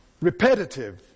Repetitive